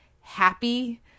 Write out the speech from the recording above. happy